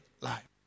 life